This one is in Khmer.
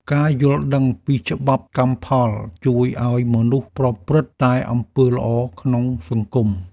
ការយល់ដឹងពីច្បាប់កម្មផល ជួយឱ្យមនុស្សប្រព្រឹត្តតែអំពើល្អក្នុងសង្គម។